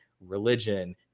religion